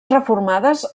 reformades